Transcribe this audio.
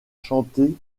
chanter